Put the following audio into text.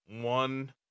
one